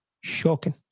shocking